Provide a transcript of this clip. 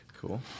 Cool